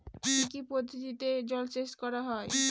কি কি পদ্ধতিতে জলসেচ করা হয়?